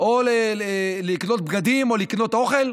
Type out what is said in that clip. או לקנות בגדים או לקנות אוכל?